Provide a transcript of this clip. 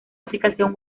aplicación